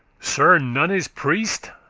sir nunne's priest,